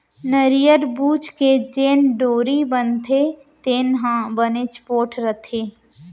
नरियर बूच के जेन डोरी बनथे तेन ह बनेच पोठ रथे